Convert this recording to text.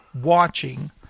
watching